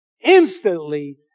instantly